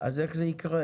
אז איך זה יקרה?